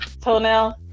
toenail